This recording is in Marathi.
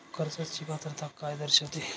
कर्जाची पात्रता काय दर्शविते?